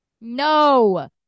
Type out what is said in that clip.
No